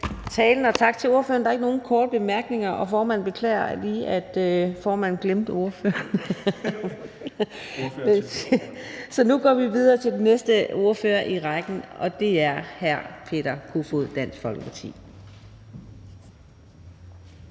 Tak til ordføreren for talen. Der er ikke nogen korte bemærkninger, og formanden beklager, at formanden glemte ordføreren. Men nu går vi videre til den næste ordfører i rækken, og det er hr. Peter Kofod, Dansk Folkeparti.